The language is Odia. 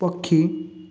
ପକ୍ଷୀ